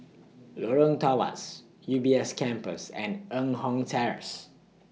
Lorong Tawas U B S Campus and Eng Kong Terrace